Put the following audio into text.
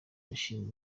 bashima